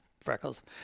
freckles